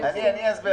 אסביר